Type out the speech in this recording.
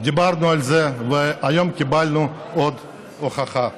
דיברנו על זה, והיום קיבלנו עוד הוכחה.